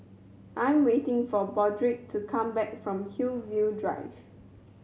I'm waiting for to come back from Hillview Drive